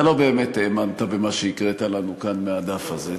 אתה לא באמת האמנת במה שהקראת לנו כאן מהדף הזה.